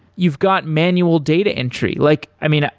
you've got manual data entry. like i mean,